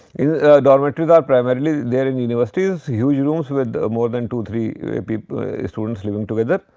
dormitories are primarily there in universities, huge rooms with more than two three students living together.